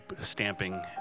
stamping